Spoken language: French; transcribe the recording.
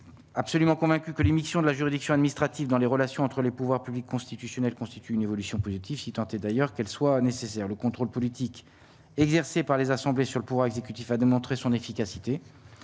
pas s'absolument convaincu que l'émission de la juridiction administrative dans les relations entre les pouvoirs publics constitutionnels constitue une évolution positive si tant d'ailleurs qu'elle soit nécessaire, le contrôle politique exercé par les assemblées sur l'pourra exécutif a démontré son efficacité